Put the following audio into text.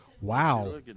Wow